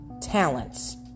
talents